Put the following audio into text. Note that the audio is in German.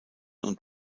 und